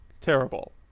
terrible